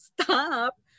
stop